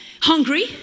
hungry